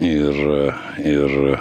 ir ir